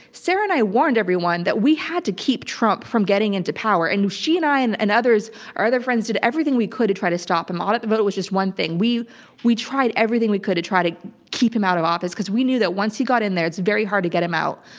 sarah and i warned everyone that we had to keep trump from getting into power. and she and i and and others, our other friends, did everything we could to try to stop them. audit the vote was just one thing. we we tried everything we could to try to keep him out of office because we knew that once he got in there, it's very hard to get him out.